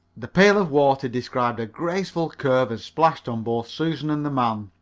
the pail of water described a graceful curve and splashed on both susan and the man.